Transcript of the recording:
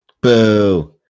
Boo